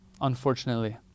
unfortunately